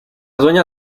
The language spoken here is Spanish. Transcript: dueña